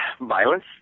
violence